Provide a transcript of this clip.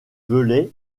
velay